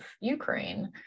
Ukraine